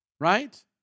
right